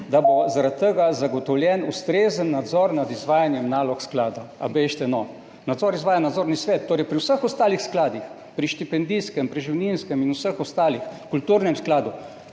da bo zaradi tega zagotovljen ustrezen nadzor nad izvajanjem nalog sklada. A, bežite no! Nadzor izvaja nadzorni svet. Torej pri vseh ostalih skladih, pri štipendijskem, preživninskem, kulturnem skladu